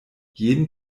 jeden